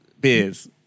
beer's